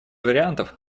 вариантов